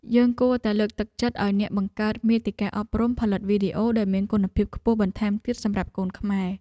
យើងគួរតែលើកទឹកចិត្តឱ្យអ្នកបង្កើតមាតិកាអប់រំផលិតវីដេអូដែលមានគុណភាពខ្ពស់បន្ថែមទៀតសម្រាប់កូនខ្មែរ។